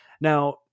Now